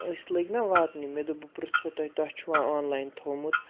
أسۍ لٔگۍ نہ واتنہِ مےٚ دوٚپ بہٕ پرٛژھو تۄہہِ تۄہہِ چھُوا آنلاین تھوومُت